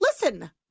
Listen